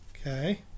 Okay